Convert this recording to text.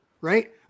right